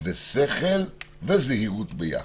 שכל וזהירות ביחד.